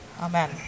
Amen